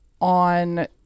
on